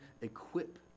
equip